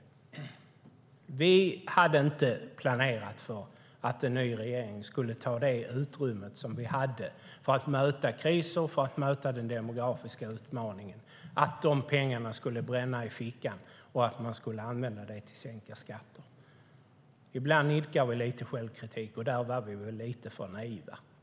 Vi planerade inte för att en ny regering skulle ta det utrymme som vi hade för att möta kriser och den demografiska utmaningen och att dessa pengar skulle bränna i fickan och användas till sänkta skatter. Ibland idkar vi lite självkritik, och där var vi väl lite för naiva.